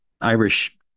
Irish